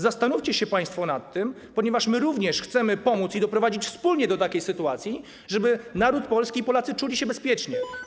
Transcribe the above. Zastanówcie się państwo nad tym, ponieważ my również chcemy pomóc i doprowadzić wspólnie do takiej sytuacji, żeby naród polski i Polacy czuli się bezpiecznie.